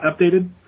updated